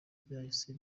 byahise